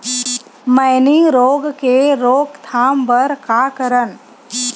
मैनी रोग के रोक थाम बर का करन?